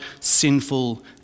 sinful